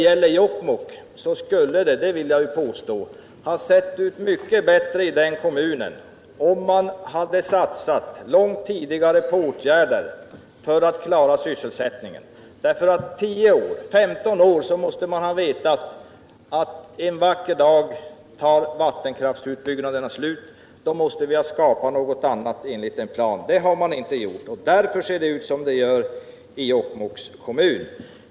I Jokkmokks kommun skulle det — det vill jag påstå — ha sett mycket bättre ut om man långt tidigare hade satsat på åtgärder för att klara sysselsättningen. I 10, 15 år måste man ha vetat att en vacker dag tar vattenkraftsutbyggnaderna slut och då måste vi ha skapat något annat enligt en plan. Det har man inte gjort, därför ser det ut som det gör i Jokkmokks kommun.